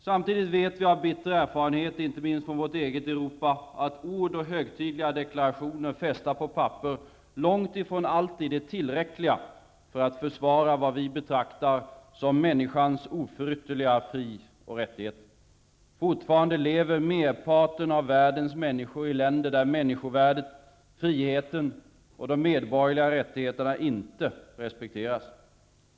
Samtidigt vet vi av bitter erfarenhet, inte minst från vårt eget Europa, att ord och högtidliga deklarationer fästa på papper långtifrån alltid är tillräckliga för att försvara vad vi betraktar som människans oförytterliga fri och rättigheter. Fortfarande lever merparten av världens människor i länder där människovärdet, friheten och de medborgerliga rättigheterna inte respekteras.